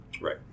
Right